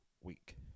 week